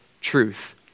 truth